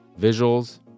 Visuals